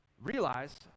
realize